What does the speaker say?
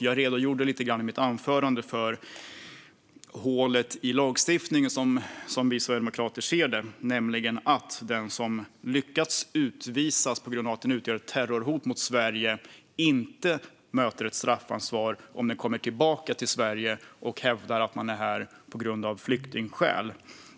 Jag redogjorde lite grann i mitt anförande för hålet i lagstiftningen, som vi sverigedemokrater ser det, nämligen att den som lyckats utvisas på grund av att den utgör ett terrorhot mot Sverige inte möter ett straffansvar om den kommer tillbaka till Sverige och hävdar att den är här av flyktingskäl.